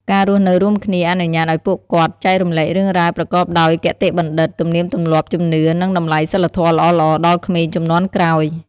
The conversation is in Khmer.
ការរស់នៅរួមគ្នាអនុញ្ញាតឲ្យពួកគាត់ចែករំលែករឿងរ៉ាវប្រកបដោយគតិបណ្ឌិត ទំនៀមទម្លាប់ ជំនឿ និងតម្លៃសីលធម៌ល្អៗដល់ក្មេងជំនាន់ក្រោយ។